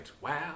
Wow